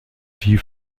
die